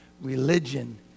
Religion